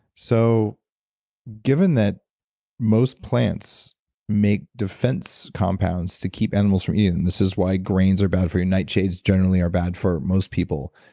so given that most plants make defense compounds to keep animals from eating them, this is why grains are bad for you, nightshades generally are bad for most people,